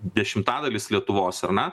dešimtadalis lietuvos ar ne